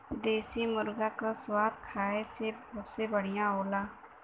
देसी मुरगा क स्वाद खाए में सबसे बढ़िया होला